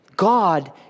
God